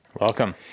Welcome